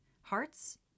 hearts